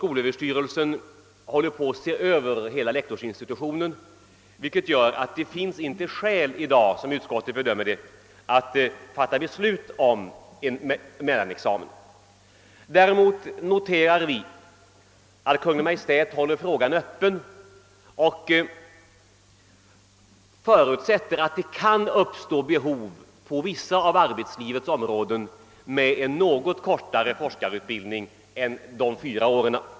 Skolöverstyrelsen håller på att se över hela lektorsinstitutionen, vilket gör att det, såsom utskottet bedömer läget, inte finns skäl i dag att fatta beslut om en mellanexamen. Däremot noterar vi att Kungl. Maj:t håller frågan öppen och förutsätter att det kan uppstå behov på vissa av arbetslivets områden av en någon kortare forskarutbildning än fyra år.